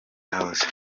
house